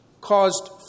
caused